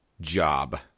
job